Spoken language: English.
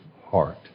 heart